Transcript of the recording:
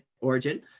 origin